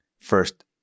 first-